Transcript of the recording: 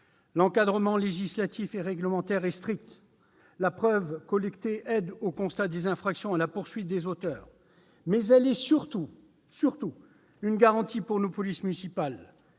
L'encadrement législatif et réglementaire est strict. La preuve collectée aide au constat des infractions et à la poursuite des auteurs. Surtout, elle est une garantie pour nos polices municipales